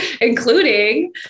including